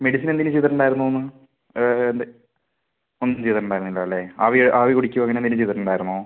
medicine എന്തെങ്കിലും ചെയ്തിട്ടുണ്ടായിരുന്നോ എന്ന് അത് ഒന്നും ചെയ്തിട്ടുണ്ടായിരുന്നില്ല അല്ലേ ആവിയോ ആവി പിടിക്കുവോ അങ്ങനെ എന്തെങ്കിലും ചെയ്തിട്ടുണ്ടായിരുന്നോ